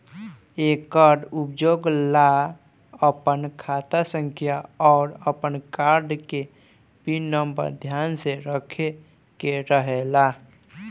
एकर उपयोग ला आपन खाता संख्या आउर आपन कार्ड के पिन नम्बर ध्यान में रखे के रहेला